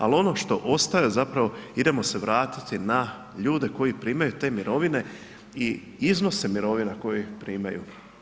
Ali ono što ostaje idemo se vratiti na ljude koji primaju te mirovine i iznose mirovina koje primaju.